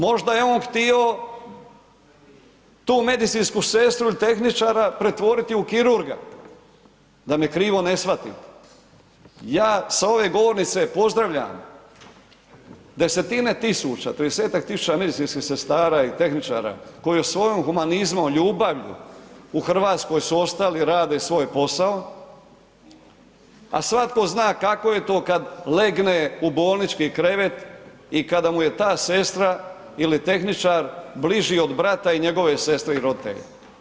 Možda je on htio tu medicinsku sestru ili tehničara pretvoriti u kirurga da me krivo ne shvatite, ja sa ove govornice pozdravljam desetine tisuća, 30-tak tisuća medicinskih sestara i tehničara koji svojim humanizmom, ljubavlju u RH su ostali i rade svoj posao, a svatko zna kako je to kad legne u bolnički krevet i kada mu je ta sestra ili tehničar bliži od brata i njegove sestre i roditelja.